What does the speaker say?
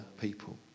people